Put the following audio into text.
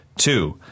Two